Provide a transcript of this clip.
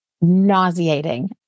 nauseating